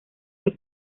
que